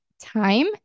time